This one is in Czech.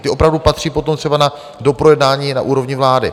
Ty opravdu patří potom třeba na doprojednání na úrovni vlády.